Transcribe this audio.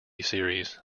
series